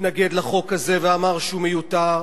התנגד לחוק הזה ואמר שהוא מיותר.